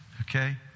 Okay